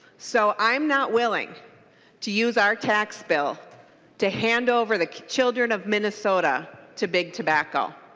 so i'm not willing to use our tax bill to hand over the children of minnesota to big tobacco.